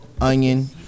onion